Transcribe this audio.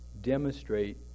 Demonstrate